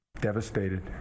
Devastated